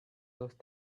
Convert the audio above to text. those